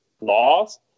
laws